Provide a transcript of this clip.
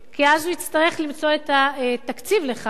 כי אז הוא יצטרך למצוא את התקציב לכך,